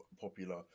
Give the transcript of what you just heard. popular